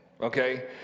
okay